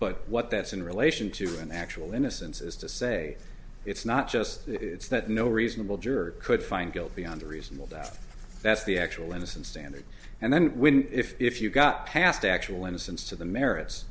but what that's in relation to an actual innocence is to say it's not just it's that no reasonable jury could find guilt beyond a reasonable doubt that's the actual innocence standard and then when if you got past the actual innocence to the merits